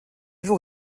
jour